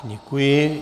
Děkuji.